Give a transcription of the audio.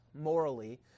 morally